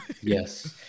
yes